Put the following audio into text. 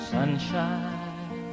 Sunshine